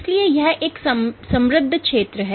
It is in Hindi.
इसीलिए यह एक समृद्ध क्षेत्र है